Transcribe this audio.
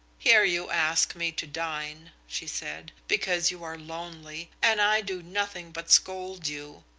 here you ask me to dine, she said, because you are lonely, and i do nothing but scold you!